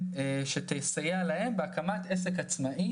שמלאו להן 62 ועד גיל הפרישה.